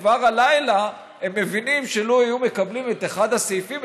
כבר הלילה הם מבינים שלו היו מקבלים את אחד הסעיפים,